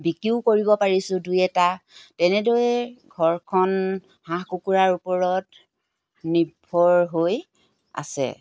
বিকিও কৰিব পাৰিছোঁ দুই এটা তেনেদৰে ঘৰখন হাঁহ কুকুৰাৰ ওপৰত নিৰ্ভৰ হৈ আছে